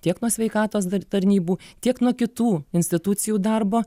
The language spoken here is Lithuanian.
tiek nuo sveikatos tarnybų tiek nuo kitų institucijų darbo